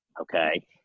Okay